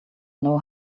know